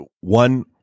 one